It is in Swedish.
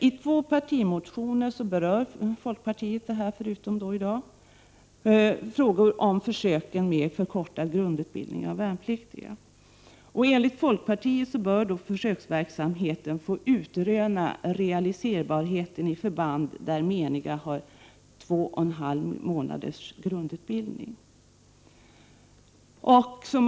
I två partimotioner berör folkpartiet frågor om försöken med förkortad grundutbildning av värnpliktiga. Genom försöksverksamheten bör man enligt motionärerna kunna utröna förslagets realiserbarhet i förband med 2,5 månaders grundutbildning för de meniga.